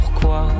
pourquoi